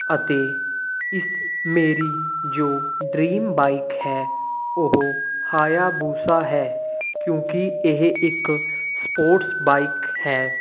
ਅਤੇ ਇਸ ਮੇਰੀ ਜੋ ਡਰੀਮ ਬਾਈਕ ਹੈ ਉਹ ਹਾਯਾਬੂਸਾ ਹੈ ਕਿਉਂਕਿ ਇਹ ਇੱਕ ਸਪੋਰਟਸ ਬਾਈਕ ਹੈ